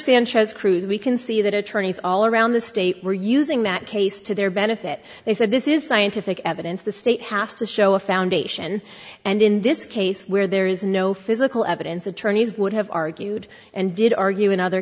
sanchez cruz we can see that attorneys all around the state were using that case to their benefit they said this is scientific evidence the state has to show a foundation and in this case where there is no physical evidence attorneys would have argued and did argue in other